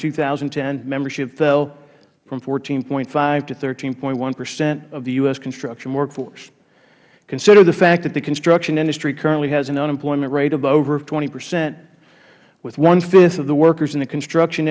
two thousand and ten membership fell from fourteen point five to thirteen one percent of the u s construction work force consider the fact that the construction industry currently has an unemployment rate of over twenty percent with one fifth of the workers in the construction